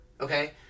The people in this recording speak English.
Okay